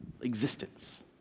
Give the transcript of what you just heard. existence